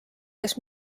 kes